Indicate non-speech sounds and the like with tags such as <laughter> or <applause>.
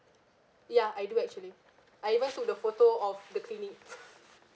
ya I do actually I even took the photo of the clinic <noise>